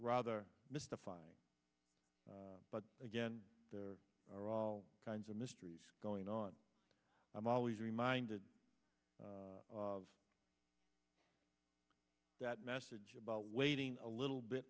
rather mystifying but again there are all kinds of mysteries going on i'm always reminded of that message about waiting a little bit